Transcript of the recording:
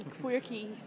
quirky